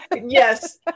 Yes